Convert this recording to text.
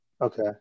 Okay